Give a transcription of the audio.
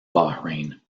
bahrain